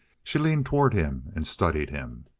she leaned toward him and studied him.